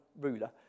ruler